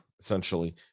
essentially